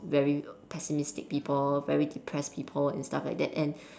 very pessimistic people very depressed people and stuff like that and